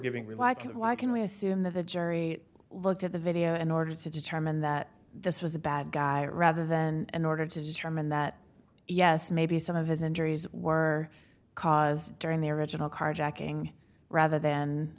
giving we like it why can we assume that the jury looked at the video in order to determine that this was a bad guy rather than in order to determine that yes maybe some of his injuries were caused during the original carjacking rather th